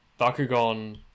Bakugan